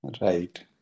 Right